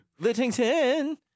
Littington